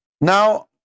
Now